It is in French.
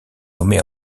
nommée